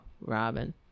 Robin